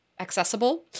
Accessible